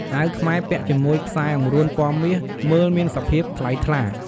អាវខ្មែរពាក់ជាមួយខ្សែអង្រួនពណ៌មាសមើលមានសភាពថ្លៃថ្លា។